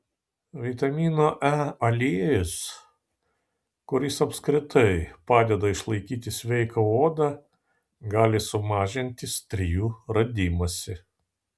vitamino e aliejus kuris apskritai padeda išlaikyti sveiką odą gali sumažinti strijų radimąsi